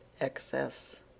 excess